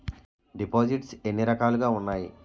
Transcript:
దిపోసిస్ట్స్ ఎన్ని రకాలుగా ఉన్నాయి?